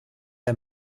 der